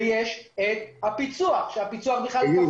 ויש את הפיצו"ח שהוא בכלל כפוף ל --- שגיב,